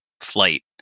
flight